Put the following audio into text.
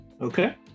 Okay